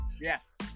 Yes